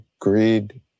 greed